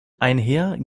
einher